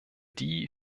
die